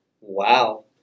Wow